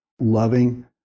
loving